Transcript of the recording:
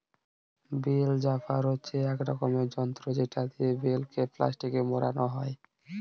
bell wrapper হচ্ছে এক রকমের যন্ত্র যেটা দিয়ে বেল কে প্লাস্টিকে মোড়া হয়